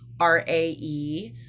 r-a-e